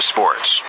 Sports